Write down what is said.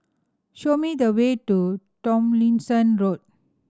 show me the way to Tomlinson Road